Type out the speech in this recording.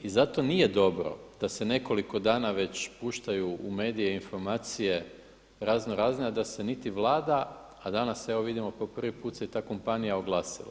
I zato nije dobro da se nekoliko dana već puštaju u medije informacije razno razne a da se niti Vlada, a danas evo vidimo po pri put se i ta kompanija oglasila.